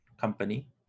company